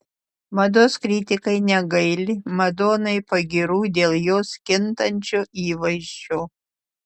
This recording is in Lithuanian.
mados kritikai negaili madonai pagyrų dėl jos kintančio įvaizdžio